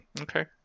Okay